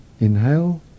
Inhale